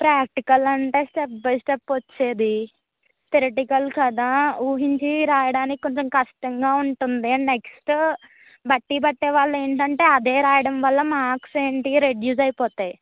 practical అంటే step by step వచ్చేది theoretical కదా ఊహించి రాయడానికి కొంచెం కష్టంగా ఉంటుంది అండ్ నెక్స్ట్ బట్టి పట్టే వాళ్ళు ఏంటంటే అదే రాయడం వల్ల మర్క్స్ ఏంటి రెడ్యూస్ అయిపోతాయి